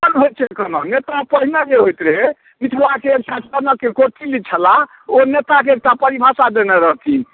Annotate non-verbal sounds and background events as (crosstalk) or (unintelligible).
ओ सफल होयत छै कना नेता पहिने जे होयत रहै (unintelligible) छलाह ओ नेताके एकटा परिभाषा देने रहथिन